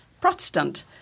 Protestant